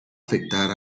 afectar